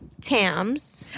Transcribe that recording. Tam's